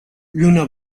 lluna